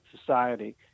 society